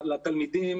לתלמידים,